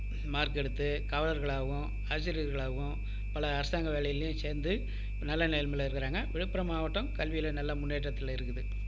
mark எடுத்து காவலர்களாகவும் ஆசிரியர்களாகவும் பல அரசாங்க வேலையிலும் சேர்ந்து நல்ல நிலமையில் இருக்கிறாங்க விழுப்புரம் மாவட்டம் கல்வியில் நல்ல முன்னேற்றத்தில் இருக்குது